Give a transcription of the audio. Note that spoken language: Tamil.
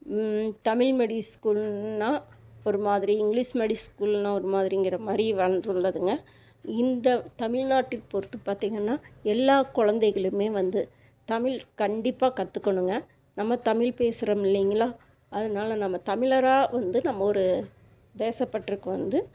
தமிழ் மீடியம் ஸ்கூல்னா ஒரு மாதிரி இங்கிலீஷ் மீடியம் ஸ்கூல்னா ஒரு மாதிரிங்கிற மாதிரி வளர்ந்துள்ளதுங்க இந்த தமிழ்நாட்டில் பொறுத்து பார்த்திங்கன்னா எல்லா கொழந்தைகளுமே வந்து தமிழ் கண்டிப்பாக கற்றுக்கணுங்க நம்ம தமிழ் பேசுகிறோம் இல்லைங்களா அதனால் நம்ம தமிழரா வந்து நம்ம ஒரு தேசப்பற்றுக்கு வந்து